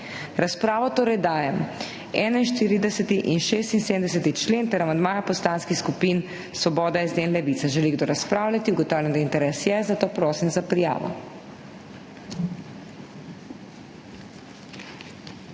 razpravo torej dajem 41. in 76. člen ter amandmaja poslanskih skupin Svoboda, SD in Levica. Želi kdo razpravljati? Ugotavljam, da je interes, zato prosim za prijavo.